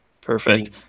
Perfect